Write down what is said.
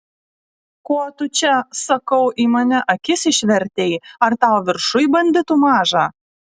ko tu čia sakau į mane akis išvertei ar tau viršuj banditų maža